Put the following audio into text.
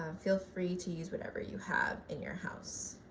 um feel free to use whatever you have in your house.